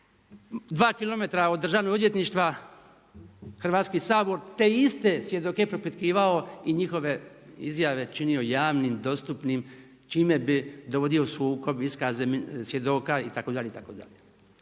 dva kilometra od državnog odvjetništva Hrvatski sabor te iste svjedoke propitkivao i njihove izjave činio javnim, dostupnim čime bi dovodio u sukob iskaze svjedoka itd.,